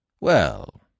Well